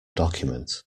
document